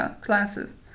classes